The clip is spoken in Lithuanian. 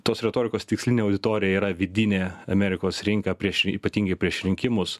tos retorikos tikslinė auditorija yra vidinė amerikos rinka prieš jį ypatingai prieš rinkimus